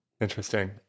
Interesting